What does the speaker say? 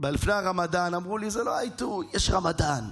לפני הרמדאן אמרו לי: זה לא העיתוי, יש רמדאן.